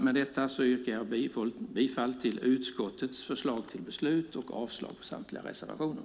Med detta yrkar jag bifall till utskottets förslag till beslut och avslag på samtliga reservationer.